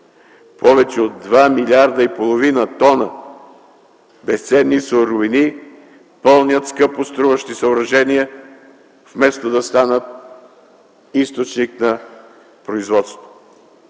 Повече от 2,5 млрд. тона безценни суровини пълнят скъпоструващи съоръжения вместо да станат източник на производство.